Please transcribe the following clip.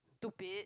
stupid